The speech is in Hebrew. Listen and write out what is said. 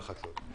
מהלילה, בחצות.